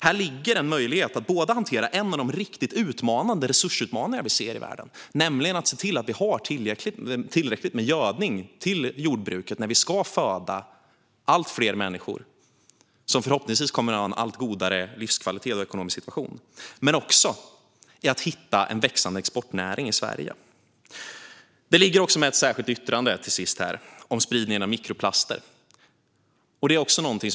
Här ligger en möjlighet att hantera en av de riktigt utmanande resursutmaningar som vi ser i världen, nämligen att se till att vi har tillräckligt med gödning till jordbruket när vi ska föda allt fler människor, som förhoppningsvis kommer att ha en allt godare livskvalitet och ekonomisk situation, men också att hitta en växande exportnäring i Sverige. Till sist ligger det med ett särskilt yttrande om spridningen av mikroplaster.